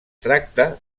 tracta